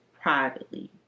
privately